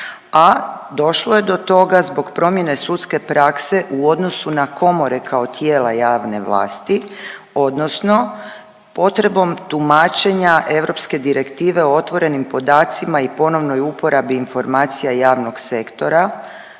a došlo je do toga zbog promjene sudske prakse u odnosu na komore kao tijela javne vlasti odnosno potrebom tumačenja europske direktive o otvorenim podacima i ponovnoj uporabi informacija javnog sektora,